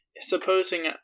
supposing